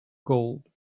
gold